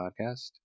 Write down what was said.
podcast